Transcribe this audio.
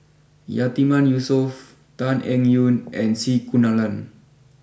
Yatiman Yusof Tan Eng Yoon and C Kunalan